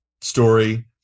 story